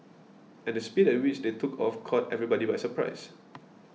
and the speed at which they took off caught everybody by surprise